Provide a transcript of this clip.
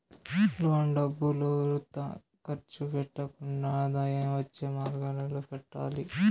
loan డబ్బులు వృథా ఖర్చు పెట్టకుండా ఆదాయం వచ్చే మార్గాలలో పెట్టాలి